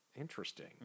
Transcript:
Interesting